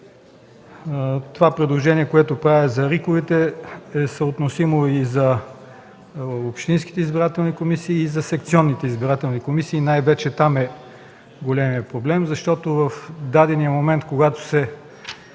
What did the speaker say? Предложението, което правя за РИК-овете е съотносимо и за общинските избирателни комисии и за секционните избирателни комисии – най-вече там е големият проблем. В дадения момент, когато се